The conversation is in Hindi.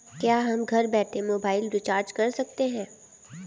क्या हम घर बैठे मोबाइल रिचार्ज कर सकते हैं?